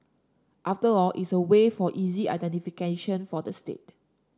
after all it's a way for easy identification for the state